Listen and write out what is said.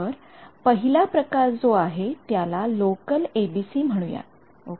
तर पहिला प्रकार जो आहे त्याला लोकल एबीसी म्हणूयात ओके